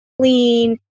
clean